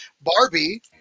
Barbie